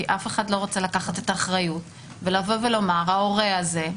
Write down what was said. כי אף אחד לא רוצה לקחת את האחריות ולבוא ולומר: ההורה הזה,